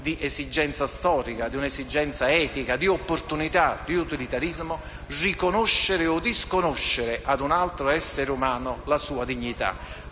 di esigenza storica ed etica di opportunità e utilitarismo, riconoscere o disconoscere ad un altro essere umano la sua dignità.